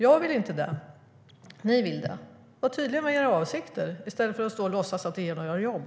Jag vill inte det, men ni vill det. Var tydliga med era avsikter i stället för att stå och låtsas som om det ger jobb.